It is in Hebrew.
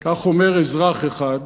כך אומר אזרח אחד,